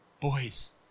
Boys